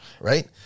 right